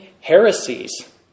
Heresies